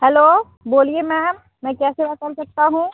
hello बोलिए ma'am मैं कैसे कर सकता हूॅं